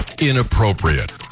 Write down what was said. inappropriate